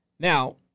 Now